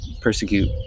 persecute